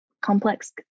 complex